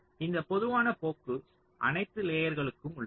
இந்த பொதுவான போக்கு அனைத்து லேயர்களுக்கும் உள்ளது